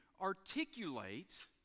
articulate